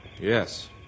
Yes